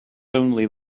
only